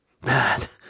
Bad